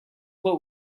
what